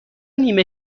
نیمه